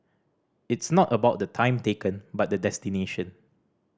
it's not about the time taken but the destination